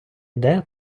йде